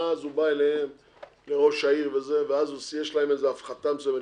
ואז הוא בא לראש העיר ויש הפחתה מסוימת,